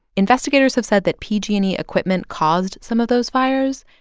investigators have said that pg and e equipment caused some of those fires.